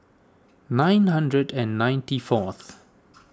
nine hundred and ninety fourth